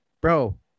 bro